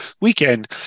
weekend